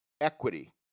equity